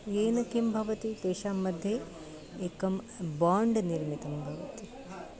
येन किं भवति तेषां मध्ये एकं बाण्ड् निर्मितं भवति